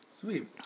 sweet